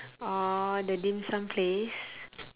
orh the dim sum place